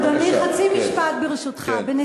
אדוני, חצי משפט, ברשותך.